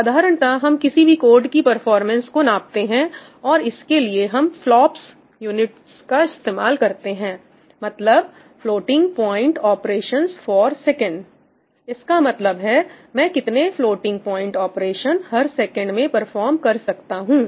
साधारणतः हम किसी भी कोड की परफॉर्मेंस को नापते हैं और इसके लिए हम फ्लॉप्स यूनिट्स इस्तेमाल करते हैं मतलब floating point operations for second इसका मतलब मैं कितने फ्लोटिंग प्वाइंट ऑपरेशन हर सेकंड में परफॉर्म कर सकता हूं